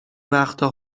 وقتا